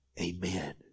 amen